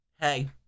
hey